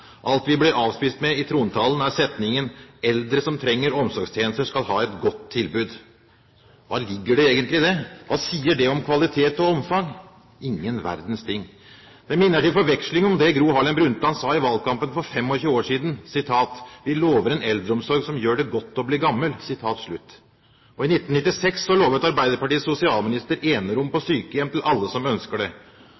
Alt vi blir avspist med i trontalen, er setningen: «Eldre som trenger omsorgstjenester, skal ha et godt tilbud.» Hva ligger det egentlig i det? Hva sier det om kvalitet og omfang? Ingen verdens ting. Det minner til forveksling om det Gro Harlem Brundtland sa i valgkampen for 25 år siden: Vi lover en eldreomsorg som gjør det godt å bli gammel. I 1996 lovet Arbeiderpartiets sosialminister enerom på